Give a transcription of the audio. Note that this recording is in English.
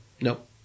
Nope